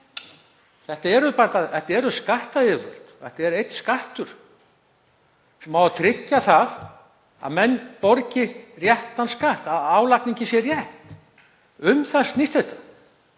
Þetta eru skattyfirvöld, þetta er einn skattur sem á að tryggja að menn borgi réttan skatt, að álagningin sé rétt. Um það snýst þetta.